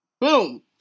Boom